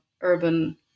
urban